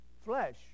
flesh